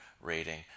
rating